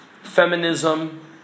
Feminism